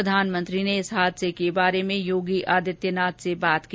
प्रधानमंत्री ने इस हादसे के बारे में योगी आदित्यनाथ से बात की